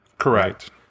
Correct